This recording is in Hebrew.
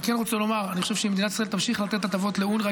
אני כן רוצה לומר שאם מדינת ישראל תמשיך לתת הטבות לאונר"א,